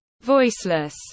voiceless